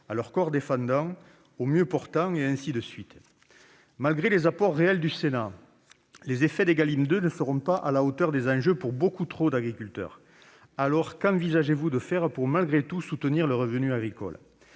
à leur corps défendant, aux mieux portants, et ainsi de suite ? Malgré les apports réels du Sénat, les effets d'Égalim 2 ne seront pas à la hauteur des enjeux pour beaucoup trop d'agriculteurs. Aussi, qu'envisagez-vous donc de faire pour soutenir, malgré tout, le revenu agricole ?